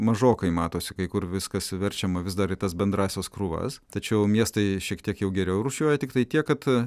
mažokai matosi kai kur viskas suverčiama vis dar į tas bendrąsias krūvas tačiau miestai šiek tiek jau geriau rūšiuoja tiktai tiek kad